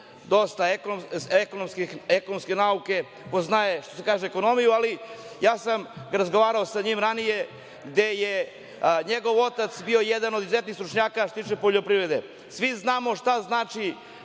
ekonomskih nauka, poznaje, što se kaže, ekonomiju, ali ja sam razgovarao sa njim ranije, gde je njegov otac bio jedan od izuzetnih stručnjaka, što se tiče poljoprivrede. Svi znamo šta znači